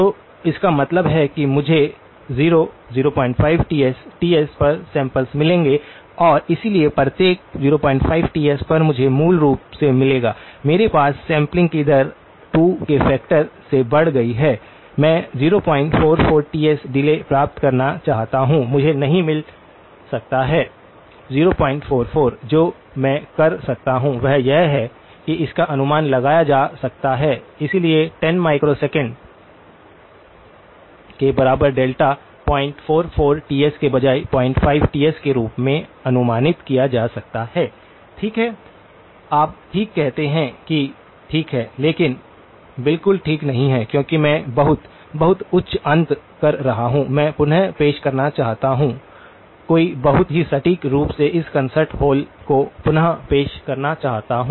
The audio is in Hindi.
तो इसका मतलब है कि मुझे 0 05Ts Ts पर सैम्पल्स मिलेंगे और इसलिए प्रत्येक 05Ts पर मुझे मूल रूप से मिलेगा मेरे पास सैंपलिंग की दर 2 के फैक्टर से बढ़ गई है मैं 044Ts डिले प्राप्त करना चाहता हूं मुझे नहीं मिल सकता है 044 जो मैं कर सकता हूं वह यह है कि इसका अनुमान लगाया जा सकता है इसलिए 10 माइक्रोसेकंड के बराबर डेल्टा 044Ts के बजाय 05Ts के रूप में अनुमानित किया जा सकता है ठीक है आप ठीक कहते हैं कि ठीक है लेकिन बिल्कुल ठीक नहीं है क्योंकि मैं बहुत बहुत उच्च अंत कर रहा हूं मैं पुन पेश करना चाहता हूं कोई बहुत ही सटीक रूप से एक कॉन्सर्ट हॉल को पुन पेश करना चाहता हूं